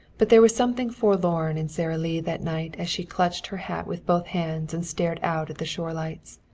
but there was something forlorn in sara lee that night as she clutched her hat with both hands and stared out at the shore lights.